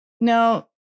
Now